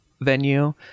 venue